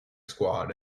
squad